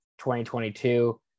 2022